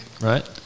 Right